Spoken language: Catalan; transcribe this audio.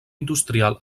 industrial